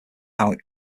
how